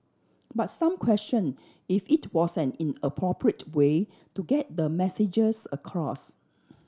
but some question if it was an in appropriate way to get the messages across